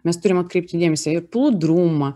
mes turim atkreipti dėmesį į plūdrumą